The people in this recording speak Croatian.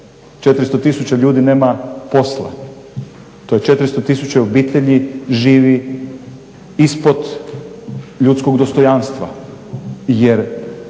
400000 ljudi nema posla, to je 400000 obitelji živi ispod ljudskog dostojanstva,